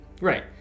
Right